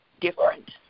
different